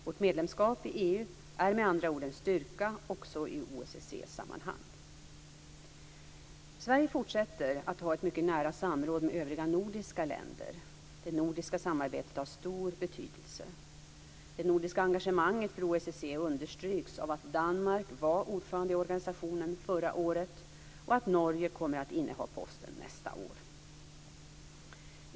Vårt medlemskap i EU är med andra ord en styrka också i OSSE-sammanhang. Sverige fortsätter att ha ett mycket nära samråd med övriga nordiska länder. Det nordiska samarbetet har stor betydelse. Det nordiska engagemanget för OSSE understryks av att Danmark var ordförande i organisationen förra året och av att Norge kommer att inneha den posten nästa år.